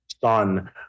son